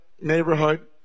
neighborhood